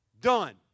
done